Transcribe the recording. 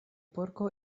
porko